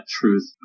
truth